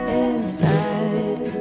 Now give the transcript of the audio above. inside